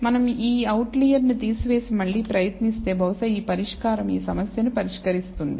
మనం ఈ అవుట్లియర్ను తీసివేసి మళ్లీ ప్రయత్నిస్తే బహుశా ఈ పరిష్కారం ఈ సమస్యను పరిష్కరిస్తుంది